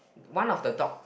one of the dog